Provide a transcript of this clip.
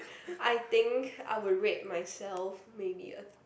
I think I will rate myself maybe a